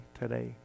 today